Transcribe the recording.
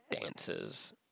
dances